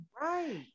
Right